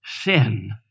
sin